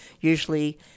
usually